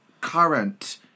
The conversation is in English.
current